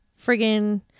Friggin